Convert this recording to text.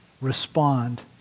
respond